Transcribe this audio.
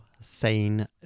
sane